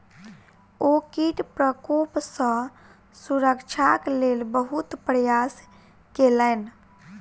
ओ कीट प्रकोप सॅ सुरक्षाक लेल बहुत प्रयास केलैन